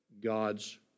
God's